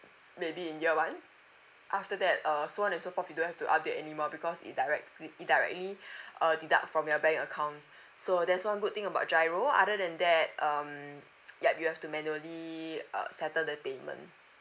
maybe in year one after that uh so on and so forth you don't have to update anymore because it directs it it directly uh deduct from your bank account so that's one good thing about giro other than that um yup you have to manually uh settle the payment